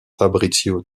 fabrizio